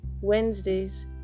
Wednesdays